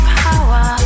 power